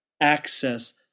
access